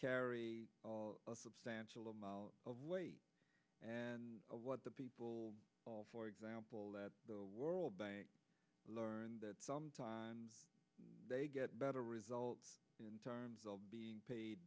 carry a substantial amount of weight and what the people for example that the world bank learned that sometimes they get better results in terms of being paid